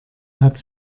hat